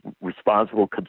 responsible